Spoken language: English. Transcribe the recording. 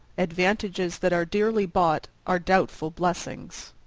advantages that are dearly bought are doubtful blessings.